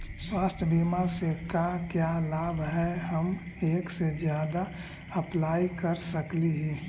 स्वास्थ्य बीमा से का क्या लाभ है हम एक से जादा अप्लाई कर सकली ही?